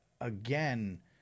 again